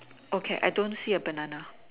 okay I don't see a banana